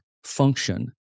function